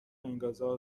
انقضا